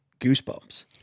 goosebumps